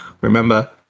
remember